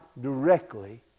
directly